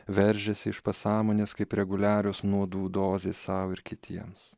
veržiasi iš pasąmonės kaip reguliarios nuodų dozės sau ir kitiems